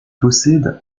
possède